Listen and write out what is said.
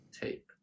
tape